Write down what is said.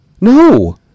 No